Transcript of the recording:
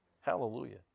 Hallelujah